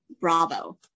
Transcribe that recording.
bravo